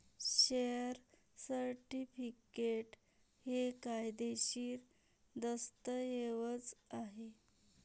share certificate हे कायदेशीर दस्तऐवज आहे